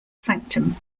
sanctum